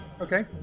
Okay